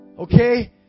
Okay